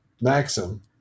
Maxim